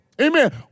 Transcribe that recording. Amen